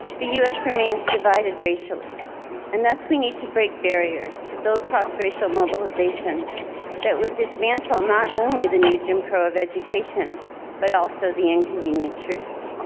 the us remains divided racially and thus, we need to break barriers to build cross racial mobilization that would dismantle not only the new jim crow of education but also the inconvenient truth.